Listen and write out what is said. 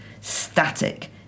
static